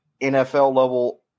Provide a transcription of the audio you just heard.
NFL-level